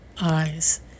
eyes